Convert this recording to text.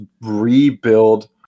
rebuild